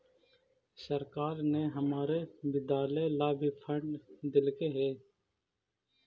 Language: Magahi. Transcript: सरकार ने हमारे विद्यालय ला भी फण्ड देलकइ हे